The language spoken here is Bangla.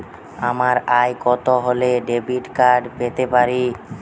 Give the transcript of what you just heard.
আমার আয় কত হলে ডেবিট কার্ড পেতে পারি?